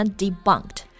debunked 。